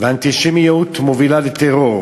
והאנטישמיות מובילה לטרור,